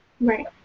Right